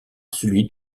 celui